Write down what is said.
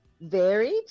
varied